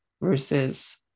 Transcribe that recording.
versus